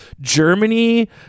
Germany